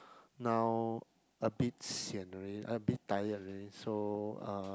now a bit sian already a bit tired already so uh